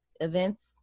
events